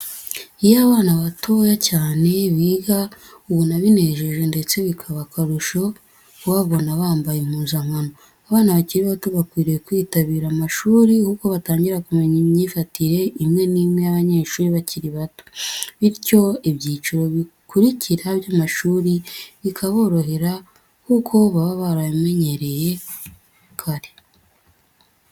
Iyo abana batoya cyane biga, uba ubona binejeje ndetse bikaba aharusho kubabona bambaye impuzankano. Abana bakiri bato bakwiriye kwitabira amashuri kuko batangira kumenya imyifatire imwe n'imwe y'abanyeshuri bakiri bato, bityo ibyiciro bikurukiraho by'amashuri bikaborohera kuko baba barabimenyereye kare.